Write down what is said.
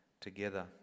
together